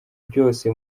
byose